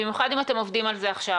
במיוחד אם אתם עובדים על זה עכשיו